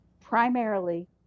primarily